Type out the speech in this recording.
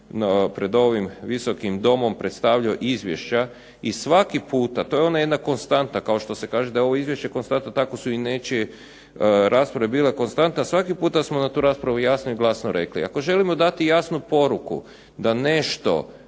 pred ovim Visokim domom predstavljao izvješća i svaki puta, to je ona jedna konstanta kao što se kaže da je ovo izvješće konstanta, tako su i nečije rasprave bile konstanta, svaki puta smo na tu raspravu jasno i glasno rekli, ako želimo dati jasnu poruku da nešto